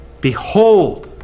Behold